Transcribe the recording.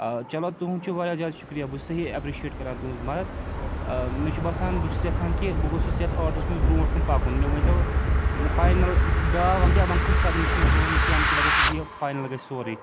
چلو تُہُنٛد چھُ واریاہ زیادٕ شُکرِیہ بہٕ چھُس صحیح اٮ۪پرِشیٹ کَران تُہٕنٛز یہِ مدتھ مےٚ چھُ باسان بہٕ چھُس یَژھان کہِ بہٕ گوٚژھُس یَتھ آرڈرَس منٛز برٛونٛٹھ کُن پَکُن مےٚ ؤنۍتو فاینَل بیٛاکھ وۄنۍ کیٛاہ وۄنۍ کُس قدم چھُ مےٚ تُلُن کہِ ییٚمہِ کہِ وجہ سۭتۍ یہِ فاینَل گژھِ سورُے